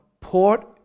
Port